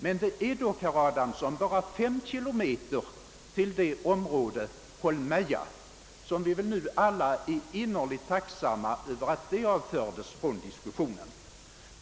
Men det är dock, herr Adamsson, bara fem kilometer till det område, Holmeja, beträffande vilket väl alla nu är innerligt tacksamma för att det avförts från diskussionen.